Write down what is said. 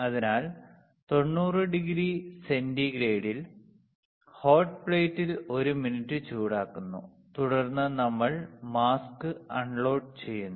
അതിനാൽ 90 ഡിഗ്രി സെന്റിഗ്രേഡ്ൾ ഹോട്ട് പ്ലേറ്റിൽ 1 മിനിറ്റ് ചൂടാക്കുന്നു തുടർന്ന് നമ്മൾ മാസ്ക് ലോഡ് ചെയ്യുന്നു